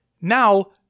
Now